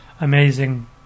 amazing